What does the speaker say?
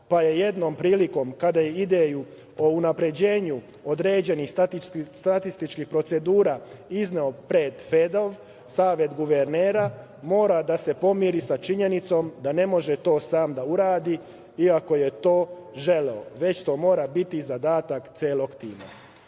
pa je jednom prilikom kada je ideju o unapređenju određenih statističkih procedura izneo pred FEDEL, Savet guvernera mora da se pomeri sa činjenicom da ne može to sam da uradi, iako je to želeo, već to mora biti zadatak celog tima.